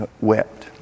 wept